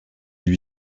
lui